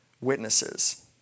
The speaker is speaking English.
witnesses